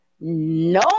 no